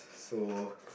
so